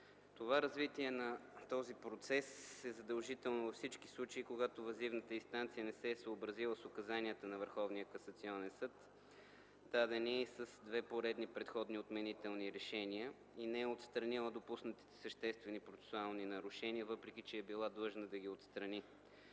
Това развитие на този процес е задължително във всички случаи, когато въззивната инстанция не се е съобразила с указанията на Върховния касационен съд, дадени с две поредни предходни отменителни решения и не е отстранила допуснатите съществени процесуални нарушения, въпреки че е била длъжна да ги отстрани.